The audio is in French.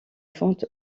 fente